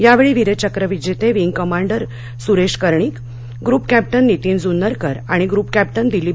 यावेळी वीरचक्र विजेते wing commander Suresh Karnik group कध्विन नितीन जुन्नरकर आणि ग्रुप कध्विन दिलीप